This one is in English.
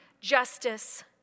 justice